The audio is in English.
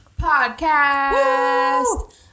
Podcast